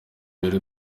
yari